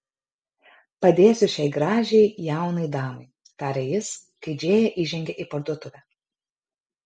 padėsiu šiai gražiai jaunai damai tarė jis kai džėja įžengė į parduotuvę